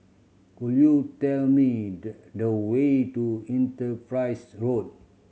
could you tell me the the way to Enterprise Road